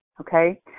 okay